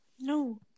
No